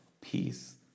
peace